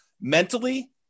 mentally